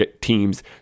teams